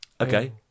okay